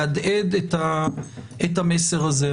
להדהד את המסר הזה.